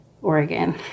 Oregon